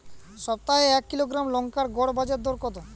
সপ্তাহে এক কিলোগ্রাম লঙ্কার গড় বাজার দর কতো?